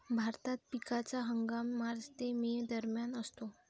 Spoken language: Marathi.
भारतात पिकाचा हंगाम मार्च ते मे दरम्यान असतो